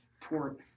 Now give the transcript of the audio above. port